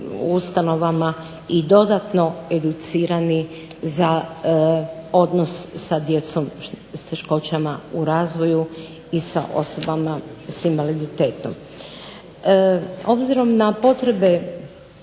i dodatno educirani za odnos sa djecom sa teškoćama u razvoju i s osobama s invaliditetom. Obzirom na potrebe